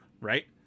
right